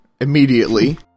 immediately